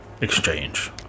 exchange